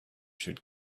should